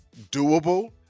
doable